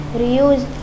reuse